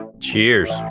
Cheers